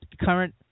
current